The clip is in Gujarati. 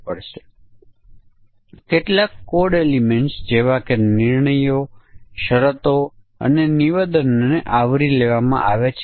ચાલો આપણે કહી શકીએ કે આપણું ફંકશન છે ફંક્શનનું નામ ફેચ ઇમેજ છે તે URL લે છે અને ઇમેજ આપે છે